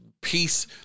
peace